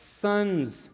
sons